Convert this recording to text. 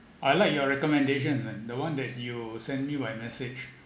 I like your recommendation then the one that you sent me via message